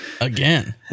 again